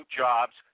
jobs